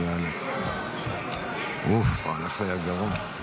חינוך עקב הזדהות עם מעשה טרור או עם ארגון טרור (תיקוני חקיקה),